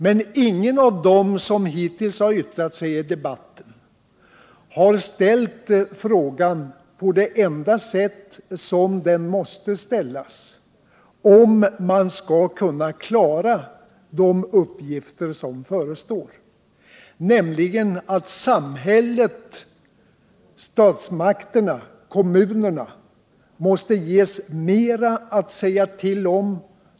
Men ingen av dem som hittills har yttrat sig i debatten har ställt frågan på det enda sätt som är möjligt, om man skall kunna klara de uppgifter som förestår: Hur skall samhället —-statsmakterna och kommunerna — få mera att säga till om?